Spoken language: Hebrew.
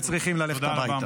וצריכים ללכת הביתה.